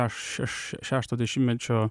aš šeš šešto dešimtmečio